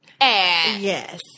Yes